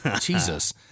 Jesus